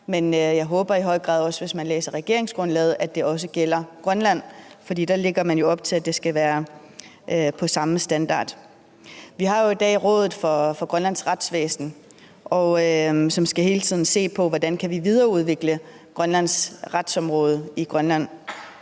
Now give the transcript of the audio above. Men jeg håber i høj grad, at det, der står i regeringsgrundlaget, også gælder Grønland, for der lægger man jo op til, at det skal være den samme standard. Vi har i dag Rådet for Grønlands Retsvæsen, som hele tiden skal se på, hvordan vi kan videreudvikle Grønlands retsområde.